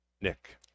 Nick